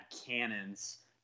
cannons